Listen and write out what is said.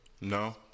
No